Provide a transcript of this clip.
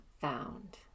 found